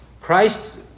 Christ